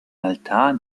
altar